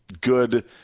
good